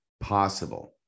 possible